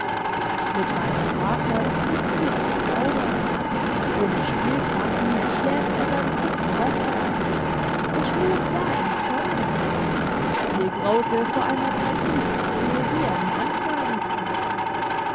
mit meinem vater ist nicht viel zu plaudern ohne spielkarten entschläft er beim dritten worte und nun gar im sommer mir graute vor einer partie piquet die er mir antragen könnte